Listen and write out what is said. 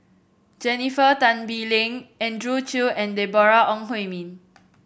Jennifer Tan Bee Leng Andrew Chew and Deborah Ong Hui Min